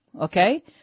okay